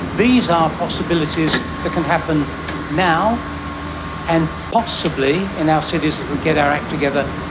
these are possibilities that can happen now and possibly in our cities, if we get our act together,